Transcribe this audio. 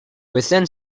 within